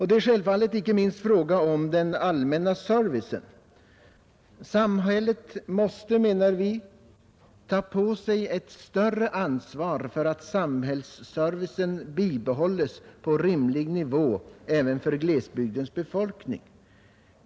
Det är självfallet inte minst fråga om den allmänna servicen. Samhället måste, menar vi, ta på sig ett större ansvar för att samhällsservicen bibehålles på en rimlig nivå även för glesbygdens befolkning.